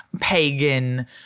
pagan